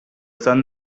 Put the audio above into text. sun